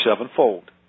sevenfold